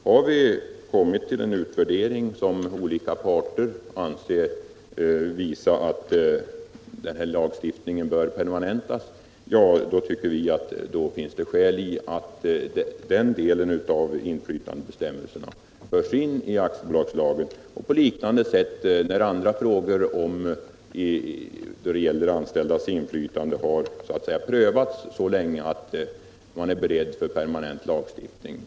Har utvärderingen enligt olika parter visat att denna lagstiftning bör permanentas, tycker vi att det finns skäl till att den delen av inflytandebestämmelserna förs in i aktiebolagslagen. På liknande sätt är det i andra frågor som gäller de anställdas inflytande och som har prövats så länge att man nu är beredd för en permanent lagstiftning.